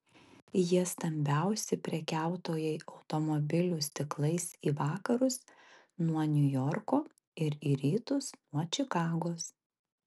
jie stambiausi prekiautojai automobilių stiklais į vakarus nuo niujorko ir į rytus nuo čikagos